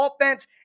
offense